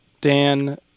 Dan